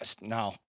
Now